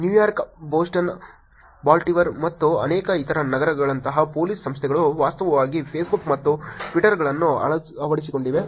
New York Boston Baltimore ಮತ್ತು ಅನೇಕ ಇತರ ನಗರಗಳಂತಹ ಪೊಲೀಸ್ ಸಂಸ್ಥೆಗಳು ವಾಸ್ತವವಾಗಿ ಫೇಸ್ಬುಕ್ ಮತ್ತು ಟ್ವಿಟರ್ಗಳನ್ನು ಅಳವಡಿಸಿಕೊಂಡಿವೆ